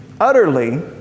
utterly